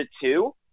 two